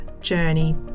journey